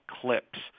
clips